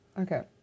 Okay